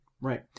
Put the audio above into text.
Right